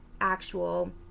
actual